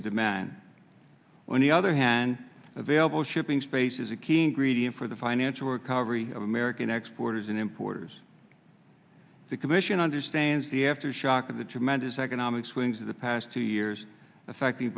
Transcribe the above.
in demand on the other hand available shipping space is a key ingredient for the financial recovery of american exports and importers the commission understands the aftershock of the tremendous economic swings of the past two years affecting